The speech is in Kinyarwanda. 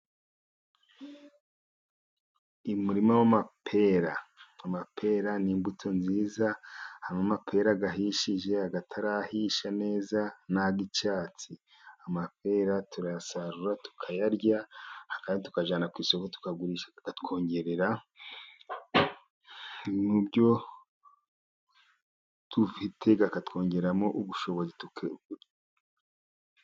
Umurima w'amapera. Amapera n'imbuto nziza habamo amapera ahishije atarahisha neza nay' icyatsi amapera turayasarura tukayarya ayandi tukajyana ku isoko tukayagurisha akatwongerera mubyo dufite akatwongeramo ubushobozi.